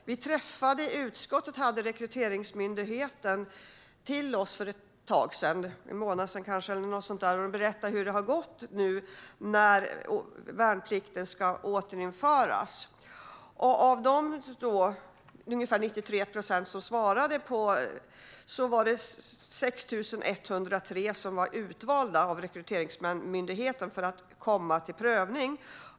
I utskottet hade vi besök av Rekryteringsmyndigheten för ett tag sedan - det var en månad sedan eller något sådant - för att höra hur det har gått nu efter beslutet om att värnplikten ska återinföras. Det var ungefär 93 procent som svarade, och 6 103 var utvalda av Rekryteringsmyndigheten för att komma till prövning.